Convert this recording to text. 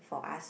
for us